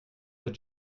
avez